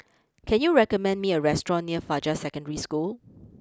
can you recommend me a restaurant near Fajar Secondary School